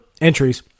entries